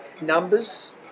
Numbers